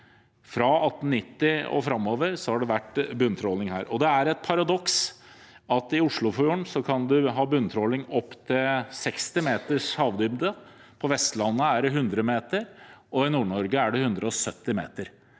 Fra 1890 og framover har det vært bunntråling her, og det er et paradoks at i Oslofjorden kan man ha bunntråling opp til 60 meters havdybde, mens det på Vestlandet er 100 meter og i Nord-Norge 170 meter.